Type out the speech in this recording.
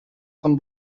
von